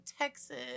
Texas